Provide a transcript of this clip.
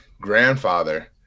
grandfather